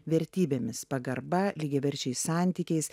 vertybėmis pagarba lygiaverčiais santykiais